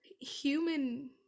human